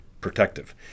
protective